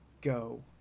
go